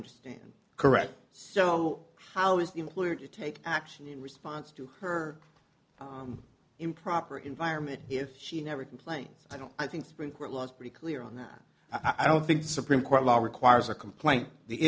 understand correct so how is the employer to take action in response to her improper environment if she never complains i don't i think supreme court was pretty clear on that i don't think supreme court law requires a complaint the